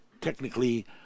technically